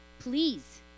Please